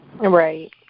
Right